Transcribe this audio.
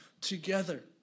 together